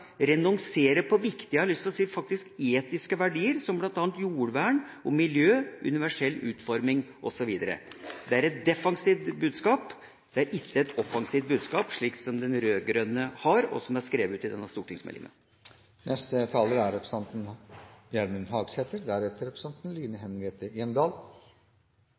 renonsere på kvalitet og på viktige – jeg har lyst til å si – faktisk etiske verdier, som bl.a. jordvern, miljø, universell utforming osv. Det er et defensivt budskap og ikke et offensivt budskap, slik som de rød-grønne har, og som er skrevet i denne stortingsmeldinga.